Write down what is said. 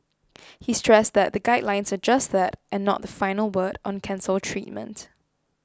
he stressed that the guidelines are just that and not the final word on cancer treatment